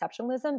exceptionalism